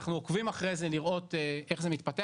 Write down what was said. אנחנו עוקבים אחרי זה לראות איך זה מתפתח